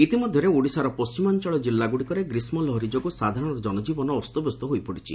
ଇତିମଧ୍ୟରେ ଓଡ଼ିଶାର ପଶ୍ଚିମାଞ୍ଚଳ ଜିଲ୍ଲାଗୁଡ଼ିକରେ ଗ୍ରୀଷ୍ମ ଲହରି ଯୋଗୁଁ ସାଧାରଣ ଜନଜୀବନ ଅସ୍ତବ୍ୟସ୍ତ ହୋଇପଡ଼ିଛି